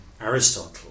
Aristotle